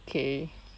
okay